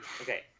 Okay